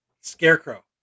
scarecrow